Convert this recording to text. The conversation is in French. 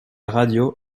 radio